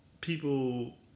people